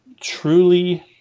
truly